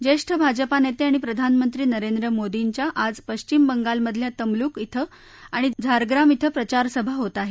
ज्येष्ठ भाजपा नेते आणि प्रधानमंत्री नरेंद्र मोदीच्या आज पश्चिम बंगालमधल्या तमलूक आणि झाख्याम श्वि प्रचारसभा होत आहेत